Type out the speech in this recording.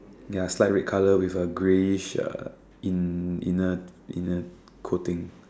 ya slight red colour with a greyish uh in~ inner inner coating